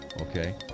Okay